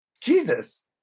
Jesus